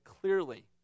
clearly